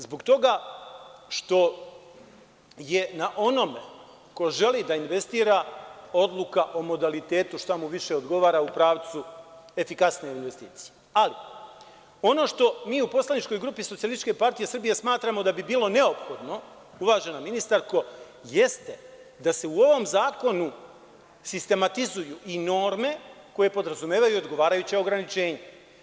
Zbog toga što je na onome ko želi da investira odluka o modalitetu štamu više odgovara u pravcu efikasnije investicije, ali ono što mi u poslaničkoj grupi SPS smatramo da bi bilo neophodno, uvažena ministarko, jeste da se u ovom zakonu sistematizuju i norme koje podrazumevaju i odgovarajuće ograničenje.